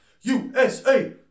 USA